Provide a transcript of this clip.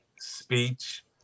Speech